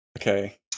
Okay